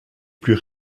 plus